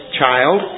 child